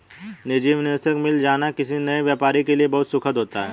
निजी निवेशक मिल जाना किसी नए व्यापारी के लिए बहुत सुखद होता है